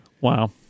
wow